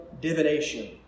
divination